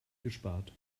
gespart